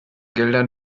geldern